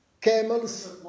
camels